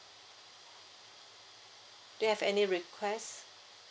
do you have any request